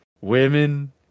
Women